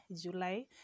July